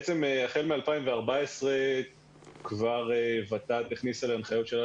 כבר החל מ-2014 ות"ת הכניסה להנחיות שלה